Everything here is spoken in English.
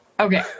Okay